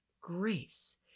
grace